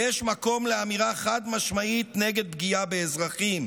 יש מקום לאמירה חד-משמעית נגד פגיעה באזרחים.